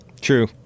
True